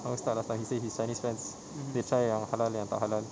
my ustad last time he said he chinese friends they tried yang halal yang tak halal